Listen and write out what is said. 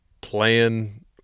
playing